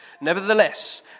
Nevertheless